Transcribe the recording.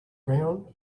brown